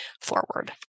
forward